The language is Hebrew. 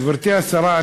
גברתי השרה,